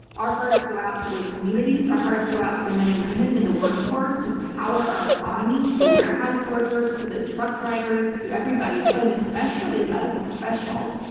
our hearts go out to those communities. our hearts go out to the men and women in the workforce who power our economy, to the warehouse workers, to the truck drivers, to everybody and especially the medical professionals.